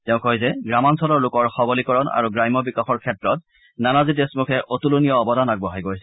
তেওঁ কয় যে গ্ৰামাঞলৰ লোকৰ সবলীকৰণ আৰু গ্ৰাম্য বিকাশৰ ক্ষেত্ৰত নানাজী দেশমুখে অতুলনীয় অৱদান আগবঢ়াই গৈছে